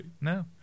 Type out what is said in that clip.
No